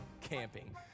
Camping